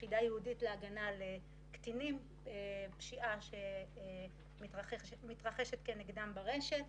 יחידה ייעודית להגנה על קטינים מפני פשיעה שמתרחשת כנגדם ברשת.